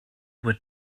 were